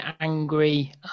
angry